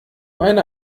eine